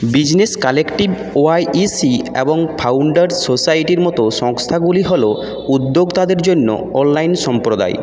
business collective YEC এবং founders সোসাইটির মতো সংস্থাগুলি হলো উদ্যোক্তাদের জন্য অনলাইন সম্প্রদায়